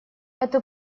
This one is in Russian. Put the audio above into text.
эту